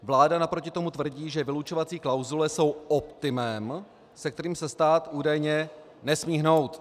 Vláda naproti tomu tvrdí, že vylučovací klauzule jsou optimem, se kterým stát údajně nesmí hnout.